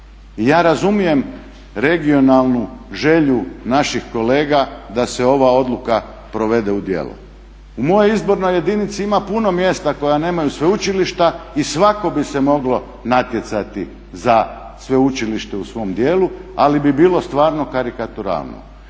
ja razumijem regionalnu želju naših kolega da se ova odluka provede u djelo. U mojoj izbornoj jedinici ima puno mjesta koja nemaju sveučilišta i svako bi se moglo natjecati za sveučilište u svom djelu, ali bi bilo stvarno karikaturalno.